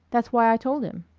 that's why i told him.